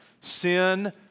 Sin